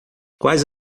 quais